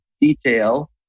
detail